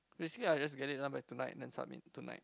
basically I just get it done by tonight then submit tonight